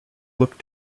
looked